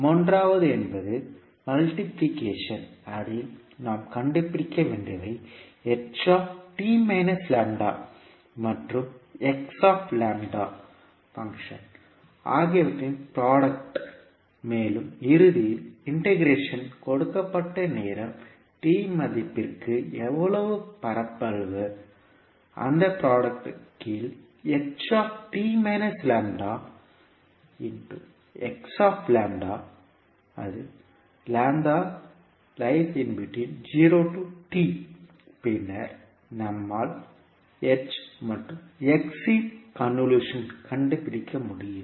மூன்றாவது என்பது மல்டிப்ளிகேஷன் அதில் நாம் கண்டுபிடிக்க வேண்டியவை மற்றும் பங்ஷன் ஆகியவற்றின் ப்ராடக்ட் மேலும் இறுதியில் இண்டெகரேஷன் கொடுக்கப்பட்ட நேரம் t மதிப்பிற்கு எவ்வளவு பரப்பளவு அந்த ப்ராடக்ட் கீழ் for பின்னர் நம்மால் மற்றும் இன் கன்வொல்யூஷன் கண்டுபிடிக்க முடியும்